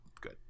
good